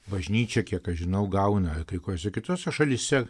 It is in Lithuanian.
bažnyčia kiek aš žinau gauna kai kuriose kitose šalyse